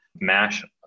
mash